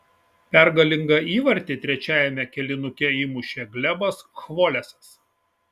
pergalingą įvartį trečiajame kėlinuke įmušė glebas chvolesas